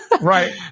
Right